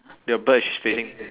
your bird is facing